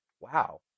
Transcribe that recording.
Wow